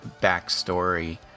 backstory